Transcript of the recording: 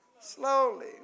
Slowly